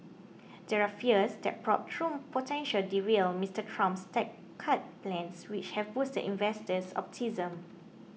there are fears the probe potential derail Mister Trump's tax cut plans which have boosted investor optimism